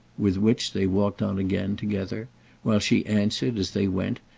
with which they walked on again together while she answered, as they went,